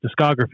discography